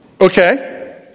Okay